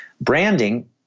Branding